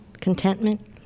contentment